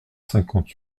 cinquante